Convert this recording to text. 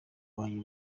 wanjye